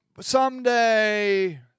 someday